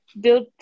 Built